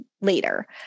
later